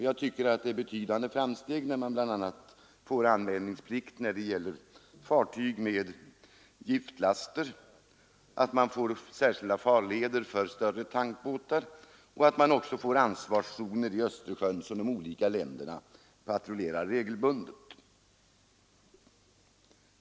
Jag tycker att det är betydande framsteg man kommit fram till när man enats om anmälningsplikt för fartyg med giftlaster, särskilda farleder för större tankbåtar och även en uppdelning av Östersjön i ansvarszoner, som de olika kustländerna regelbundet patrullerar.